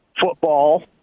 football